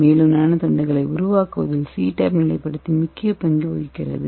மேலும் நானோ தண்டுகளை உருவாக்குவதில் CTAB நிலைப்படுத்தி முக்கிய பங்கு வகிக்கிறது